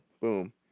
Boom